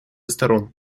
сторон